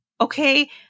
okay